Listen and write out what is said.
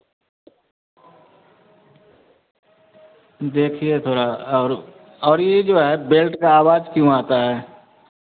देखिए थोड़ा और और यह जो है बेल्ट का आवाज़ क्यों आता है